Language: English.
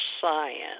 Science